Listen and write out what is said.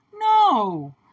No